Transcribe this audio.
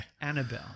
Annabelle